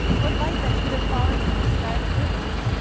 what light that should have fallen from the sky could not,